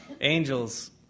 angels